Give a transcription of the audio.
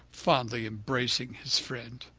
fondly embracing his friend.